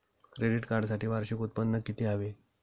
Credit कार्डसाठी वार्षिक उत्त्पन्न किती हवे?